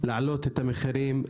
להעלות את המחירים,